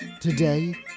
Today